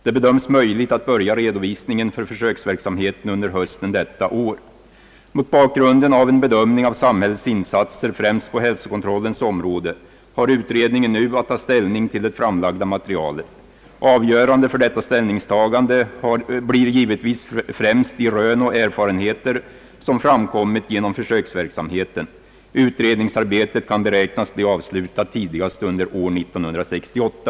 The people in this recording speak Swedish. Det bedöms möjligt att börja redovisningen för försöksverksamheten under hösten detta år. Mot bakgrunden av en bedömning av samhällets insatser främst på hälsokontrollens område har utredningen nu att ta ställning till det framlagda materialet. Avgörande för detta ställningstagande blir givetvis främst de rön och erfarenheter som framkommit genom försöksverksamheten. Utredningsarbetet kan beräknas bli avslutat tidigast under år 1968.